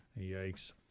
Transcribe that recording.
Yikes